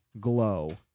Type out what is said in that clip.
glow